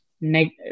next